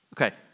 Okay